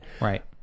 Right